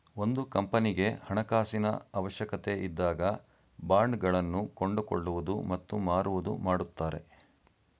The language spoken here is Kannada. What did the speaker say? ಒಂದು ಕಂಪನಿಗೆ ಹಣಕಾಸಿನ ಅವಶ್ಯಕತೆ ಇದ್ದಾಗ ಬಾಂಡ್ ಗಳನ್ನು ಕೊಂಡುಕೊಳ್ಳುವುದು ಮತ್ತು ಮಾರುವುದು ಮಾಡುತ್ತಾರೆ